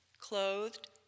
clothed